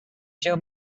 show